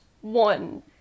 one